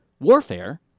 warfare